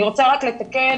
אני רוצה רק לתקן.